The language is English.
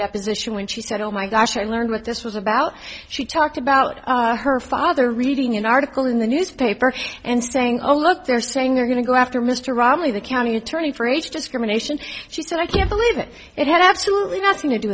deposition when she said oh my gosh i learned what this was about she talked about her father reading an article in the newspaper and saying oh look they're saying they're going to go after mr romney the county attorney for age discrimination she said i can't believe it it had absolutely nothing to do